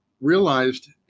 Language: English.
realized